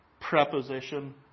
preposition